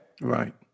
Right